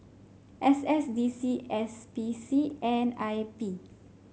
S S D C S P C and I P